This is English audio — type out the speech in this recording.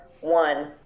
one